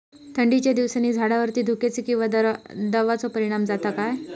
थंडीच्या दिवसानी झाडावरती धुक्याचे किंवा दवाचो परिणाम जाता काय?